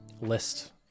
list